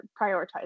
prioritize